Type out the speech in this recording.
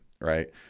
Right